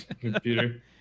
computer